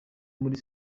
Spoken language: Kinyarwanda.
muri